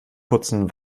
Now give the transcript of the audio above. putzen